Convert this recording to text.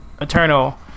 Eternal